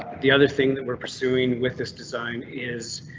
the other thing that we're pursuing with this design is.